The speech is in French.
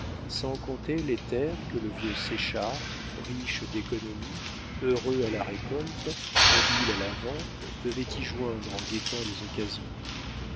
sans compter les terres que le vieux séchard riche d'économies heureux à la récolte habile à la vente devait y joindre en guettant les occasions